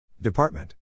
Department